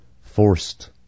forced